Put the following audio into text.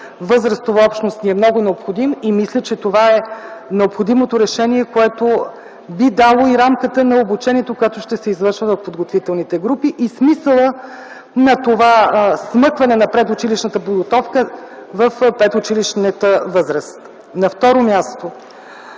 възрастова общност са ни много необходим и мисля, че това е необходимото решение, което би дало и рамката на обучението, което ще се извършва в подготвителните групи, и смисъла на това смъкване на предучилищната подготовка в предучилищната възраст. На второ място,